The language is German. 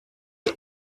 die